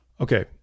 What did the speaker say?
Okay